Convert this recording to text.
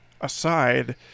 aside